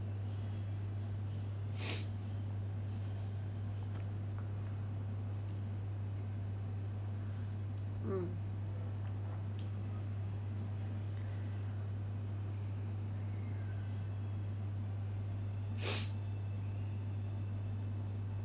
mm